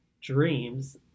dreams